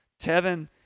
Tevin